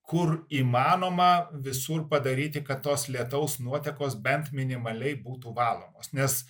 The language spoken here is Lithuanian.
kur įmanoma visur padaryti kad tos lietaus nuotekos bent minimaliai būtų valomos nes